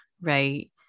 right